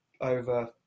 over